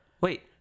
Wait